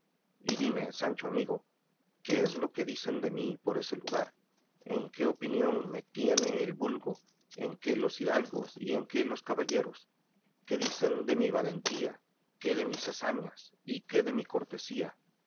y dime sancho amigo qué es lo que dicen de mí por ese lugar en qué opinión me tiene el vulgo en qué los hidalgos y en qué los caballeros qué dicen de mi valentía qué de mis hazañas y qué de mi cortesía